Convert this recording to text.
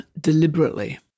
deliberately